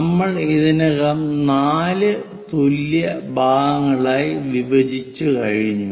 നമ്മൾ ഇതിനകം 4 തുല്യ ഭാഗങ്ങളായി വിഭജിച്ചു കഴിഞ്ഞു